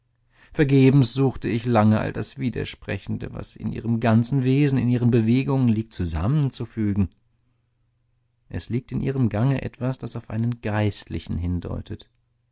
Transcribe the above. vergebens suchte ich lange all das widersprechende was in ihrem ganzen wesen in ihren bewegungen liegt zusammenzufügen es liegt in ihrem gange etwas das auf einen geistlichen hindeutet